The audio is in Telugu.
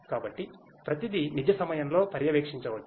కాబట్టి ప్రతిదీ నిజ సమయంలో పర్యవేక్షించవచ్చు